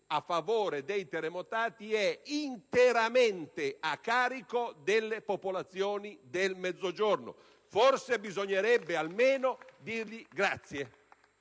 a favore dei terremotati è interamente a carico delle popolazioni del Mezzogiorno. Forse bisognerebbe almeno dire loro grazie!